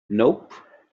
nope